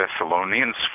Thessalonians